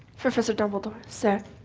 professor dumbledore, sir,